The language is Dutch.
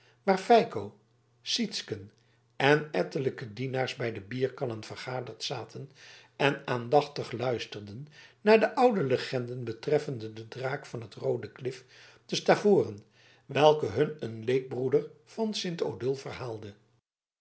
waar feiko sytsken en ettelijke dienaars bij de bierkannen vergaderd zaten en aandachtig luisterden naar de oude legende betreffende den draak van t roode klif te stavoren welke hun een leekbroeder van sint odulf verhaalde